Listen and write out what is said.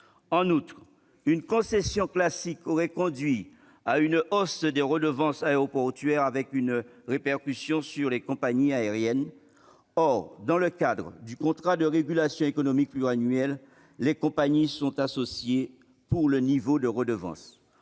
En outre, une concession classique aurait conduit à une hausse des redevances aéroportuaires avec une répercussion sur les compagnies aériennes. Or, dans le cadre du contrat de régulation économique pluriannuel, les compagnies sont associées pour le niveau de redevances.